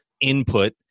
input